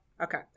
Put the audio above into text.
okay